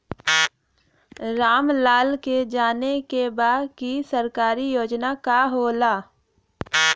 राम लाल के जाने के बा की सरकारी योजना का होला?